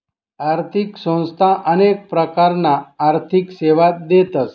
आर्थिक संस्था अनेक प्रकारना आर्थिक सेवा देतस